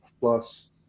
plus